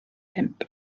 pump